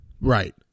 Right